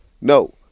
No